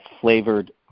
flavored